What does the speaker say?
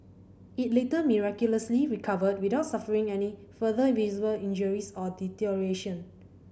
it later miraculously recovered without suffering any further visible injuries or deterioration